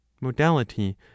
modality